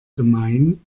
gemein